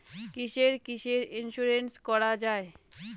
কিসের কিসের ইন্সুরেন্স করা যায়?